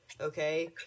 okay